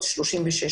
כל זה לוקח 3 שעות.